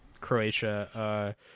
Croatia